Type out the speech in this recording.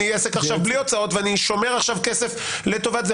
אני עסק עכשיו בלי הוצאות ואני שומר עכשיו כסף לטובת זה.